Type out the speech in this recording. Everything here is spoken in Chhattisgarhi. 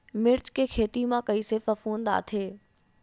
मिर्च के खेती म कइसे फफूंद आथे?